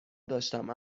داشتم